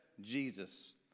jesus